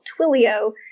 Twilio